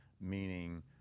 meaning